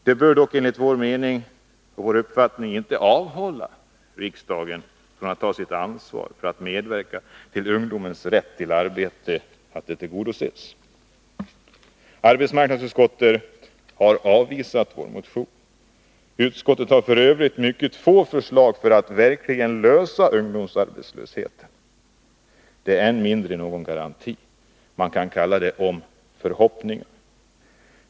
Det bör dock enligt vår uppfattning inte avhålla riksdagen från att ta sitt ansvar för att medverka till att ungdomens rätt till arbete tillgodoses. Arbetsmarknadsutskottet har avvisat vår motion. Utskottet har f.ö. mycket få förslag för att verkligen lösa problemet med ungdomsarbetslösheten. Det är än mindre någon garanti som utskottet erbjuder; man kan kalla det förhoppningar.